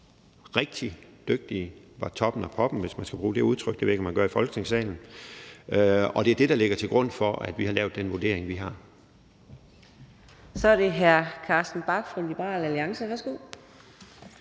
rigtig dygtige, var toppen af poppen, hvis man skal bruge det udtryk – det ved jeg ikke, om man gør i Folketingssalen – og det er det, der ligger til grund for, at vi har lavet den vurdering, vi har. Kl. 15:27 Fjerde næstformand (Karina Adsbøl):